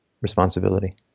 responsibility